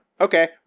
Okay